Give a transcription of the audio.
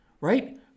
right